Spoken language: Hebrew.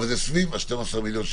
השוטף סביב ה-12 מיליון.